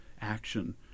action